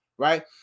Right